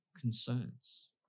concerns